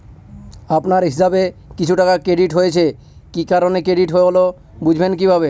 আপনার হিসাব এ কিছু টাকা ক্রেডিট হয়েছে কি কারণে ক্রেডিট হল বুঝবেন কিভাবে?